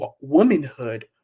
womanhood